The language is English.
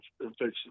infection